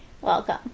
welcome